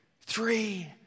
three